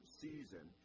season